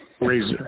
Razor